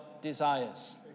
desires